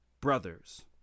Brothers